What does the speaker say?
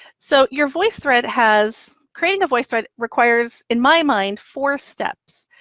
so your voicethread has, creating a voicethread requires, in my mind, four steps.